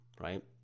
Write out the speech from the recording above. right